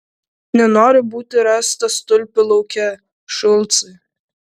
nenoriu būti rastas tulpių lauke šulcai